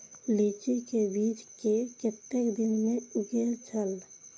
लीची के बीज कै कतेक दिन में उगे छल?